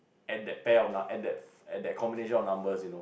at that pay or not at that at that combination of numbers you know